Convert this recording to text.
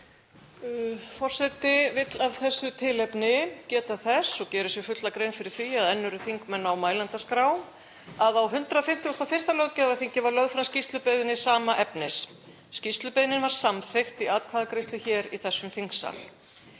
vill af þessu tilefni geta þess, og gerir sér fulla grein fyrir því að enn eru þingmenn á mælendaskrá, að á 151. löggjafarþingi var lögð fram skýrslubeiðni sama efnis. Skýrslubeiðnin var samþykkt í atkvæðagreiðslu hér í þessum þingsal.